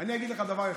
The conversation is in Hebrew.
אני אגיד לך דבר אחד.